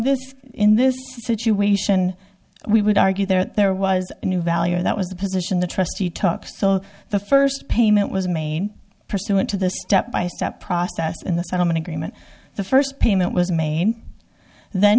this in this situation we would argue that there was a new value that was the position the trustee took so the first payment was a main pursuant to the step by step process in the settlement agreement the first payment was made then